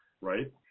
right